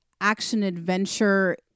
action-adventure